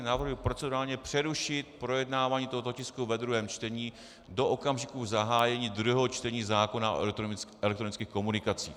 Návrh je procedurálně přerušit projednávání tohoto tisku ve druhém čtení do okamžiku zahájení druhého čtení zákona o elektronických komunikacích.